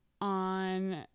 on